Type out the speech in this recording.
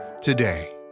today